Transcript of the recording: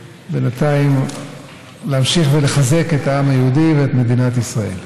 ובינתיים להמשיך ולחזק את העם היהודי ואת מדינת ישראל.